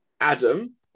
adam